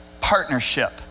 partnership